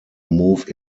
move